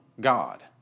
God